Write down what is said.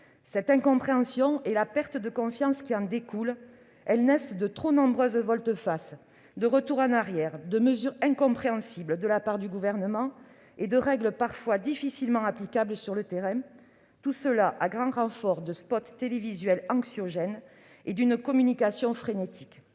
Cette incompréhension et la perte de confiance qui en découle naissent de trop nombreuses volte-face, de retours en arrière, de mesures incompréhensibles de la part du Gouvernement, et de règles parfois difficilement applicables sur le terrain, tout cela à grand renfort de spots télévisuels anxiogènes et d'une communication frénétique.